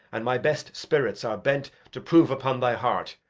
and my best spirits are bent to prove upon thy heart,